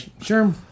sure